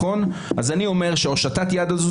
אני אומר שהושטת היד הזו,